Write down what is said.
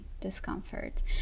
discomfort